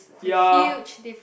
ya